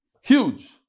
huge